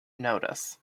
notice